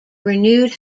renewed